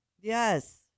Yes